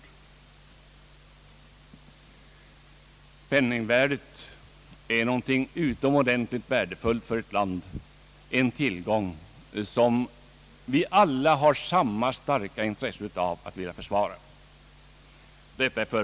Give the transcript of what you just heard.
Ett fast penningvärde är någonting utomordentligt värdefullt för ett land, en tillgång som vi alla har samma starka intresse av att vilja försvara.